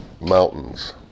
mountains